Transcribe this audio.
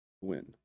win